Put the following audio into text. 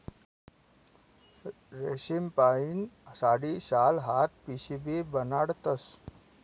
रेशीमपाहीन साडी, शाल, हात पिशीबी बनाडतस